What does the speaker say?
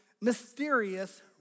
mysterious